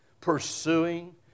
pursuing